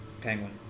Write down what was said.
penguin